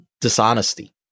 dishonesty